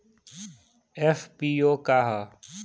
FPO का ह?